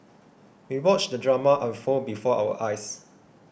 we watched the drama unfold before our eyes